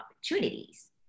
opportunities